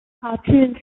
cartoon